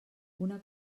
una